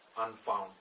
unfound